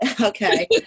okay